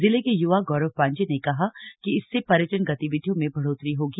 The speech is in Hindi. जिले के युवा गौरव पांडेय ने कहा कि इससे पर्यटन गतिविधियों में बढ़ोतरी होगी